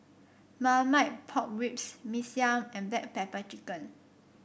Marmite Pork Ribs Mee Siam and Black Pepper Chicken